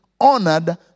honored